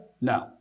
No